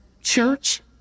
church